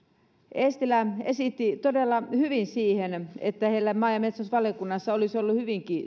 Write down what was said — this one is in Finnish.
eestilä esitti todella hyvin sen että heillä maa ja metsätalousvaliokunnassa olisi ollut hyvinkin